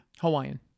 Hawaiian